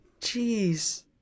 Jeez